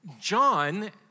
John